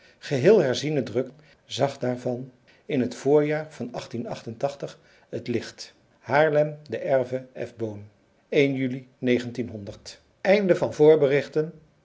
geheel herziene druk zag daarvan in het voorjaar van het licht haarlem de erve e boon juli